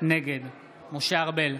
נגד משה ארבל,